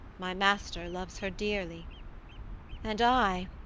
my master loves her dearly and i,